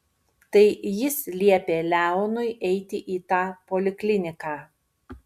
tai jis liepė leonui eiti į tą polikliniką